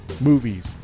movies